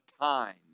time